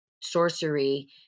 sorcery